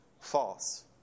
False